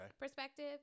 perspective